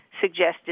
suggested